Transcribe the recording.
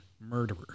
murderer